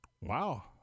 Wow